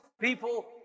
people